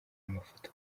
amafoto